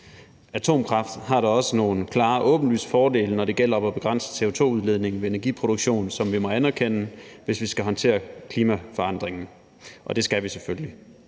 Atomkraft har dog også nogle klare åbenlyse fordele, når det gælder om at begrænse CO2-udledningen ved energiproduktion, som vi må anerkende, hvis vi skal håndtere klimaforandringerne, og det skal vi selvfølgelig.